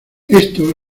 esto